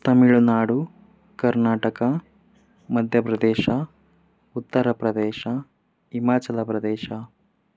Tamil Nadu Karnataka Madhya Pradesh Uttar Pradesh Himachal Pradesh